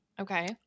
Okay